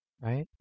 right